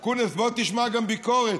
אקוניס, בוא תשמע גם ביקורת.